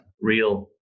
real